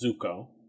Zuko